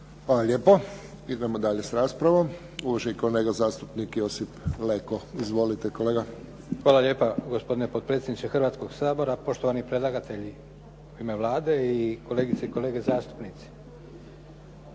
Hvala lijepo. Idemo dalje s raspravom. Uvaženi kolega zastupnik Josip Leko. Izvolite, kolega. **Leko, Josip (SDP)** Hvala lijepa, gospodine potpredsjednice Hrvatskoga sabora. Poštovani predlagatelji u ime Vlade. Kolegice i kolege zastupnici.